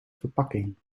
verpakking